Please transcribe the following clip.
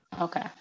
Okay